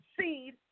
seed